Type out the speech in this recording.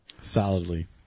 Solidly